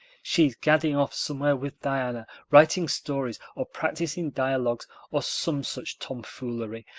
she's gadding off somewhere with diana, writing stories or practicing dialogues or some such tomfoolery,